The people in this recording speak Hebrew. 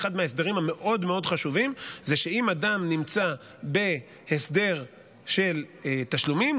אחד מההסדרים המאוד-מאוד חשובים זה שאם אדם נמצא בהסדר של תשלומים,